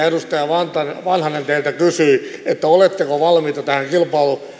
edustaja vanhanen teiltä kysyi oletteko valmiita tähän